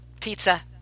Pizza